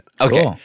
Okay